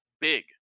big